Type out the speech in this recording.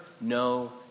no